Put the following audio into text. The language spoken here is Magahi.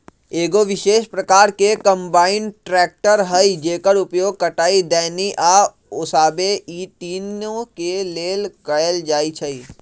एगो विशेष प्रकार के कंबाइन ट्रेकटर हइ जेकर उपयोग कटाई, दौनी आ ओसाबे इ तिनों के लेल कएल जाइ छइ